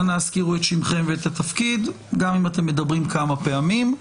אנא הזכירו את שמכם ואת התפקיד שלכם גם אם אתם מדברים כמה פעמים.